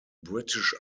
british